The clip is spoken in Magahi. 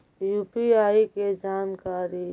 यु.पी.आई के जानकारी?